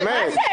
באמת.